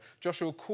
Joshua